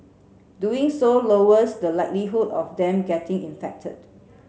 doing so lowers the likelihood of them getting infected